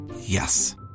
Yes